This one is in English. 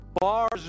bars